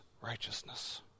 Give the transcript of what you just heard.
righteousness